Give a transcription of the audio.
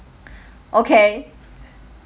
okay